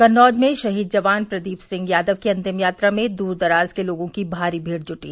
कन्नौज में शहीद जवान प्रदीप सिंह यादव की अंतिम यात्रा में दूर दराज़ के लोगों की भारी भीड़ जुटी